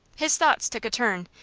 his thoughts took a turn,